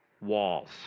walls